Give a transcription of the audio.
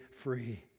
free